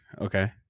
Okay